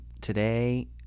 Today